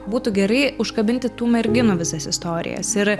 būtų gerai užkabinti tų merginų visas istorijas ir